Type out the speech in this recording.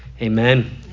Amen